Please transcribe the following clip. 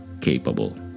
capable